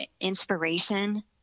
inspiration